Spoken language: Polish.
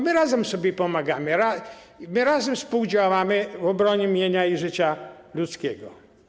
My razem sobie pomagamy, my razem współdziałamy w obronie mienia i życia ludzkiego.